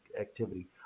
activity